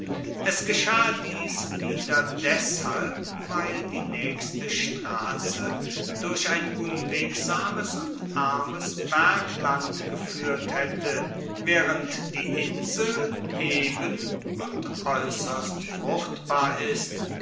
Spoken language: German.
es geschah dies wieder deshalb weil die naechste strasse durch ein unwegsames und armes bergland gefuehrt haette waehrend die insel eben und aeusserst fruchtbar ist